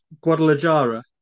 Guadalajara